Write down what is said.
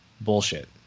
bullshit